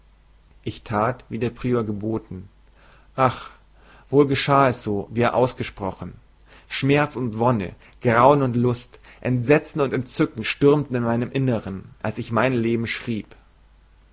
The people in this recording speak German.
ich tat wie der prior geboten ach wohl geschah es so wie er es ausgesprochen schmerz und wonne grauen und lust entsetzen und entzücken stürmten in meinem innern als ich mein leben schrieb